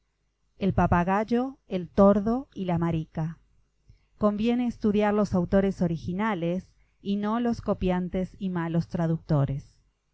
el papagayo el tordo y la marica conviene estudiar los autores originales y no los copiantes y malos traductores